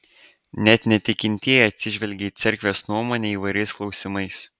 net netikintieji atsižvelgia į cerkvės nuomonę įvairiais klausimais